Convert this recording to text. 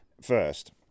first